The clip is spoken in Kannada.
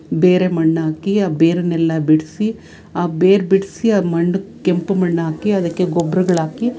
ಬೇರೆ ಮಣ್ಣು ಹಾಕಿ ಆ ಬೇರನ್ನೆಲ್ಲ ಬಿಡಿಸಿ ಆ ಬೇರು ಬಿಡಿಸಿ ಆ ಮಂಡು ಕೆಂಪು ಮಣ್ಣು ಹಾಕಿ ಅದಕ್ಕೆ ಗೊಬ್ರಗಳಾಕಿ